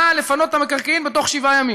נא לפנות את המקרקעין בתוך שבעה ימים.